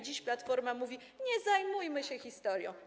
Dziś Platforma mówi: Nie zajmujmy się historią.